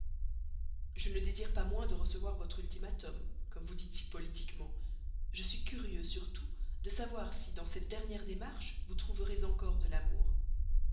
je ne désire pas moins de recevoir votre ultimatum comme vous dites si politiquement je suis curieux surtout de savoir si dans cette dernière démarche vous trouverez encore de l'amour